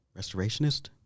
restorationist